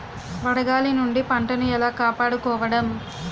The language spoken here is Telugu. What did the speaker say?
వడగాలి నుండి పంటను ఏలా కాపాడుకోవడం?